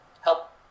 help